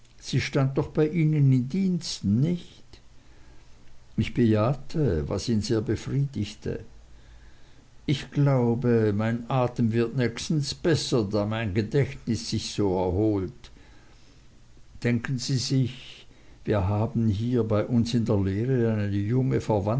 sie stand doch bei ihnen in diensten nicht ich bejahte was ihn sehr befriedigte ich glaube wahrhaftig mein atem wird nächstens besser da mein gedächtnis sich so erholt denken sie sich sir wir haben hier bei uns in der lehre